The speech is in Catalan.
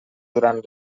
durant